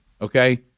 okay